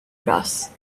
brass